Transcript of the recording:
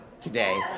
today